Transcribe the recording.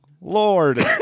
Lord